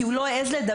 כי הוא לא העז לדבר.